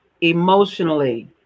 emotionally